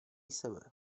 sebe